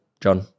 John